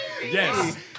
Yes